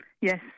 Yes